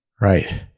Right